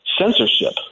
censorship